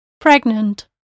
pregnant